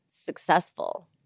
successful